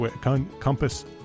Compass